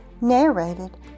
narrated